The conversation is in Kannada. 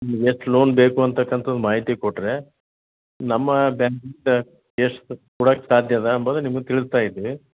ನಿಮ್ಗೆ ಎಷ್ಟು ಲೋನ್ ಬೇಕು ಅಂತಕ್ಕಂಥದ್ದು ಮಾಹಿತಿ ಕೊಟ್ಟರೆ ನಮ್ಮ ಬ್ಯಾಂಕಿಂದ ಎಷ್ಟು ಕೊಡಕ್ಕೆ ಸಾಧ್ಯ ಅದಾ ಅಂಬುದು ನಿಮ್ಗೆ ತಿಳಿಸ್ತ ಇದ್ದಿವಿ